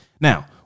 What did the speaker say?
Now